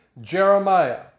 Jeremiah